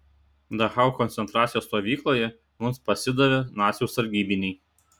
dachau koncentracijos stovykloje mums pasidavė nacių sargybiniai